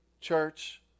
church